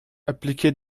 appliqués